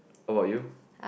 how about you